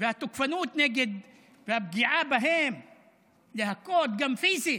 והתוקפנות, נגד והפגיעה בהם והכול, גם פיזית,